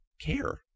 care